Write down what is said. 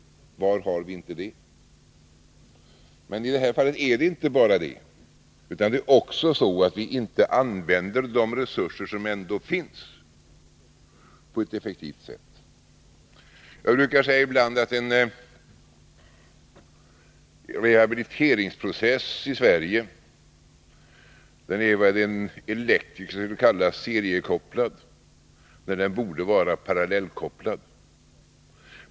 Var har vi inte det? Men i det här fallet är det inte bara det, utan det är också så att vi inte använder de resurser som ändå finns på ett effektivt sätt. Jag säger ibland att en rehabiliteringsprocess i Sverige är vad en elektriker skulle kalla seriekopplad, när den borde vara parallellkopplad.